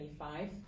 25